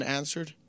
answered